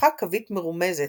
השטחה קווית מרומזת,